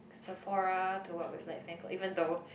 Sephora to work with like Fancl even though